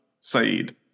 Saeed